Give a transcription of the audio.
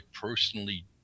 personally